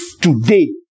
today